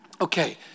Okay